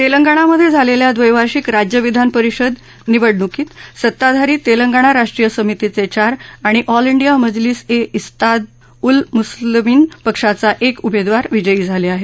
तेलंगणामधे झालेल्या ड्रैवार्षिक राज्य विधान परिषद निवडणुकीत सत्ताधारी तेलंगाणा राष्ट्रीय समितीचे चार आणि ऑल डिया मजलीस ए उंतेहाद उल मुसलीमीन पक्षाचा एक उमेदवार विजयी झाले आहेत